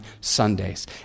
Sundays